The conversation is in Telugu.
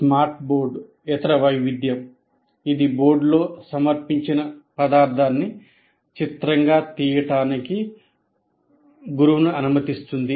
స్మార్ట్ బోర్డ్ ఇతర వైవిధ్యం ఇది బోర్డులో సమర్పించిన పదార్థాన్ని చిత్రంగా తీయడానికి గురువును అనుమతిస్తుంది